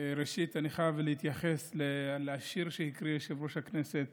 ראשית אני חייב להתייחס לשיר שהקריא יושב-ראש הכנסת